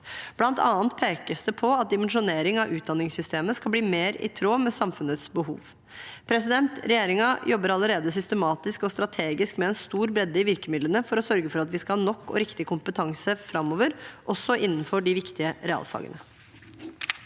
Blant annet pekes det på at dimensjonering av utdanningssystemet skal bli mer i tråd med samfunnets behov. Regjeringen jobber allerede systematisk og strategisk med en stor bredde i virkemidlene for å sørge for at vi skal ha nok og riktig kompetanse framover, også innenfor de viktige realfagene.